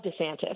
DeSantis